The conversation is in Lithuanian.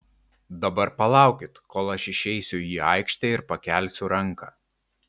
dabar palaukit kol aš išeisiu į aikštę ir pakelsiu ranką